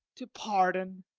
to pardon